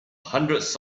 hundreds